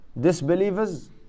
disbelievers